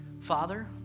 Father